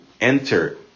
enter